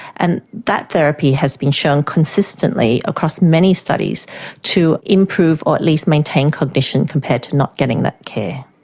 and that therapy has been shown consistently across many studies to improve or at least maintain cognition compared to not getting that care.